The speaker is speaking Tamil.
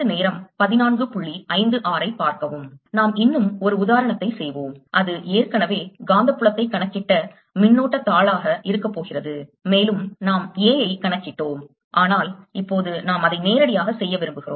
நாம் இன்னும் ஒரு உதாரணத்தை செய்வோம் அது ஏற்கனவே காந்தப் புலத்தை கணக்கிட்ட மின்னோட்டத் தாளாக இருக்கப் போகிறது மேலும் நாம் A ஐக் கணக்கிட்டோம் ஆனால் இப்போது நாம் அதை நேரடியாகச் செய்ய விரும்புகிறோம்